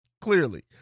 Clearly